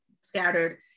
scattered